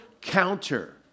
counter